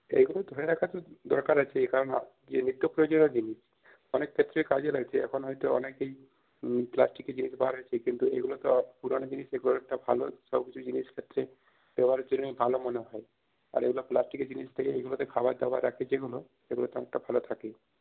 এগুলো ধরে রাখার তো দরকার আছে কারণ এ নিত্য প্রয়োজনীয় জিনিস অনেক ক্ষেত্রে কাজে লাগছে এখন হয়তো অনেকেই প্লাস্টিকের জিনিস বার হয়েছে কিন্তু এগুলো তো পুরানো জিনিসে এ করাটা ভালো সবকিছু জিনিসের ক্ষেত্রে ব্যবহারের জন্যেই ভালো মনে হয় আর এগুলো প্লাস্টিকের জিনিসের থেকে যেগুলোতে খাবার দাবার রাখে যেগুলো সেগুলোতে অনেকটা ভালো থাকে